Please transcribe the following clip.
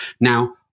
Now